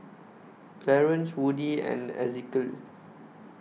Clarance Woody and Ezekiel